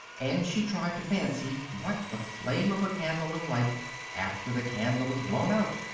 and she tried to fancy what the flame of a candle is like after the candle is blown out,